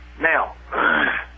Now